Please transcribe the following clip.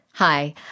Hi